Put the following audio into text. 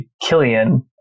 Killian